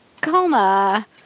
coma